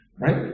right